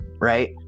right